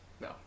No